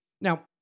now